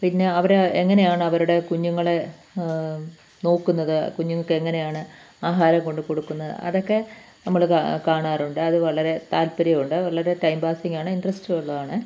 പിന്നെ അവിടെ എങ്ങനെയാണ് അവരുടെ കുഞ്ഞുങ്ങളെ നോക്കുന്നത് കുഞ്ഞുങ്ങൾക്ക് എങ്ങനെയാണ് ആഹാരം കൊണ്ടുക്കൊടുക്കുന്നത് അതൊക്കെ നമ്മൾ കാണാറുണ്ട് അത് വളരെ താൽപര്യവുമുണ്ട് വളരെ ടൈം പാസിംഗാണ് ഇൻട്രസ്റ്റുള്ളതുമാണ്